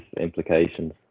implications